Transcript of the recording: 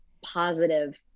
positive